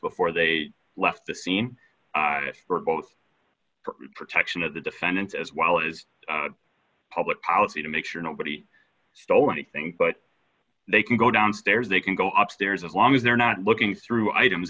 before they left the scene for both protection of the defendant as well as public policy to make sure nobody stole anything but they can go downstairs they can go up stairs as long as they're not looking through items